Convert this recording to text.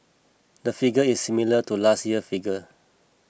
the figure is similar to last year's figure